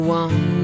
one